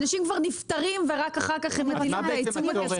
האנשים כבר נפטרים ורק אחר כך הם מטילים את העיצום הכספי.